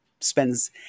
spends